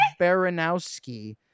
Baranowski